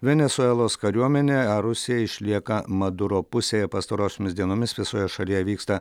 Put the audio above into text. venesuelos kariuomenė ar rusija išlieka maduro pusėje pastarosiomis dienomis visoje šalyje vyksta